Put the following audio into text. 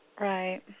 Right